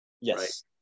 yes